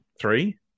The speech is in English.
three